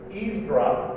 eavesdrop